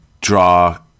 draw